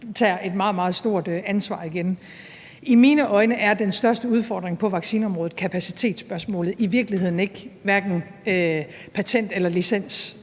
et meget, meget stort ansvar. I mine øjne er den største udfordring på vaccineområdet kapacitetsspørgsmålet og i virkeligheden hverken patent- eller